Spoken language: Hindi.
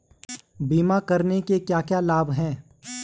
बीमा करने के क्या क्या लाभ हैं?